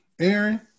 Aaron